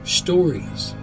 stories